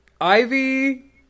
Ivy